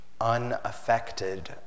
unaffected